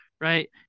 right